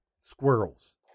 squirrels